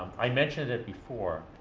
i mentioned it before,